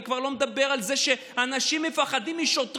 אני כבר לא מדבר על זה שאנשים מפחדים משוטרים,